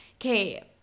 okay